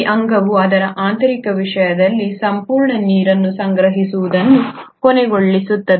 ಈ ಅಂಗವು ಅದರ ಆಂತರಿಕ ವಿಷಯದಲ್ಲಿ ಸಂಪೂರ್ಣ ನೀರನ್ನು ಸಂಗ್ರಹಿಸುವುದನ್ನು ಕೊನೆಗೊಳಿಸುತ್ತದೆ